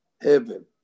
Heaven